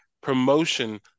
promotion